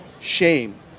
shame